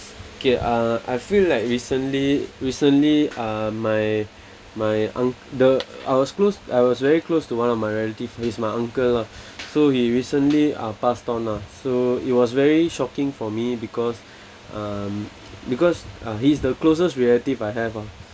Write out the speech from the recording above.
okay uh I feel like recently recently uh my my unc~ the I was close I was very close to one of my relative he's my uncle lah so he recently uh passed on lah so it was very shocking for me because um because uh he's the closest relative I have ah